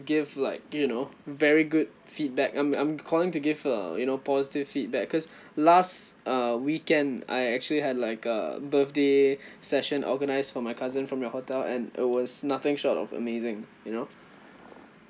give like you know very good feedback I'm I'm calling to give uh you know positive feedback cause last uh weekend I actually had like a birthday session organised for my cousin from your hotel and it was nothing short of amazing you know